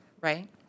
right